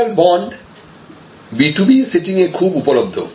structural bond B2B সেটিংয়ে খুব উপলব্ধ